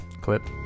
clip